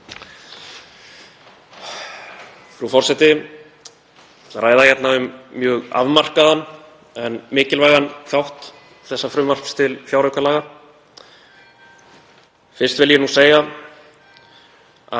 hér mjög afmarkaðan en mikilvægan þátt þessa frumvarps til fjáraukalaga. Fyrst vil ég segja að